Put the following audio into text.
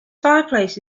fireplace